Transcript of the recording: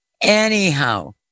Anyhow